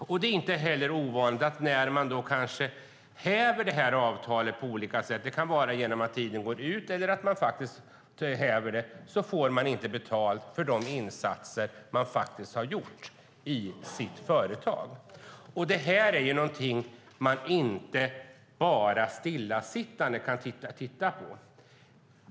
Det är inte heller ovanligt att man när avtalet hävs, för att avtalstiden löper ut eller för att man faktiskt häver avtalet, inte får betalt för de insatser man de facto har gjort i sitt företag. Här kan man inte bara stillatigande titta på.